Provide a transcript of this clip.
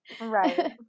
Right